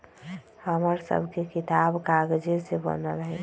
हमर सभके किताब कागजे से बनल हइ